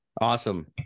Awesome